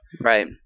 Right